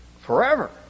forever